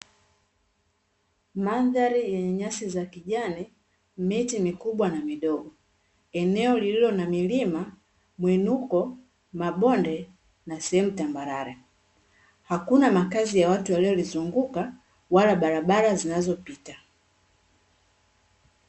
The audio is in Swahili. Mandhari yenye nyasi za kijani, miti mikubwa na midogo eneo lililo na milima miinuko, mabonde na sehemu tambarare. Hakuna makazi ya watu yaliyolizunguka wala barabara zinazopita.